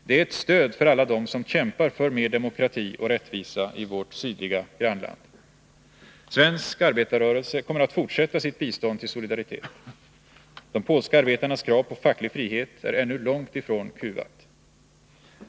Det är ett stöd för alla dem som kämpar för mer demokrati och rättvisa i vårt sydliga grannland. Svensk arbetarrörelse kommer att fortsätta sitt bistånd till Solidaritet. De polska arbetarnas krav på facklig frihet är ännu långt ifrån kuvat.